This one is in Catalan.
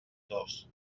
dos